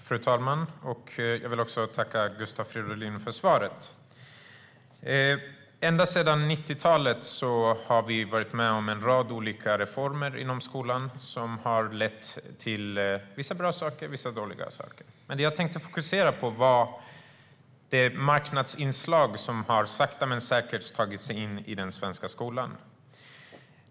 Fru talman! Jag vill tacka Gustav Fridolin för svaret. Ända sedan 1990-talet har vi varit med om reformer i skolan som har lett till vissa bra och vissa dåliga saker. Jag tänkte fokusera på det marknadsinslag som sakta men säkert har tagit sig in i den svenska skolan.